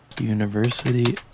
university